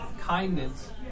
kindness